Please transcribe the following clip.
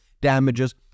damages